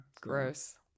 Gross